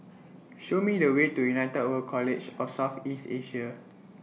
Show Me The Way to United World College of South East Asia